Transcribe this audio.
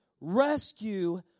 rescue